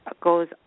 goes